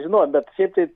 žinau bet šiaip tai